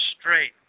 straight